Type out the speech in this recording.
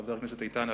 חבר הכנסת איתן,